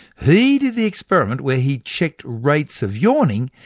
he did the experiment where he checked rates of yawning,